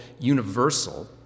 universal